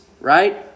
right